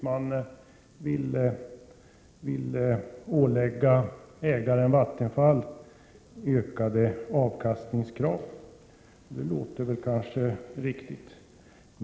Man vill att ägaren Vattenfall skall åläggas ökade krav på avkastning, något som väl låter riktigt.